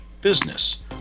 business